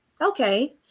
okay